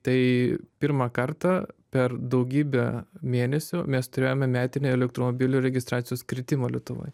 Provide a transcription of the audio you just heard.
tai pirmą kartą per daugybę mėnesių mes turėjome metinį elektromobilių registracijos kritimą lietuvoj